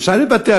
אפשר לוותר.